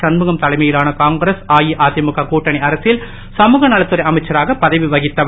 சண்முகம் தலைமையிலான காங்கிரஸ் அஇஅதிமுக கூட்டணி அரசில் சமுகநலத்துறை அமைச்சராக பதவி வகித்தவர்